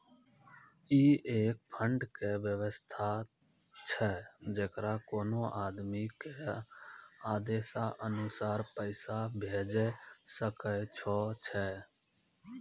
ई एक फंड के वयवस्था छै जैकरा कोनो आदमी के आदेशानुसार पैसा भेजै सकै छौ छै?